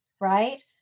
right